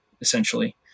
essentially